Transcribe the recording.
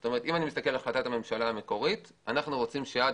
זאת אומרת אם אני מסתכל על החלטת הממשלה המקורית אנחנו רוצים שעד